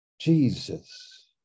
Jesus